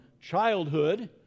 childhood